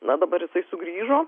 na dabar jisai sugrįžo